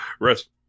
rest